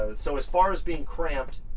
ah so as far as being cramped